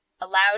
allowed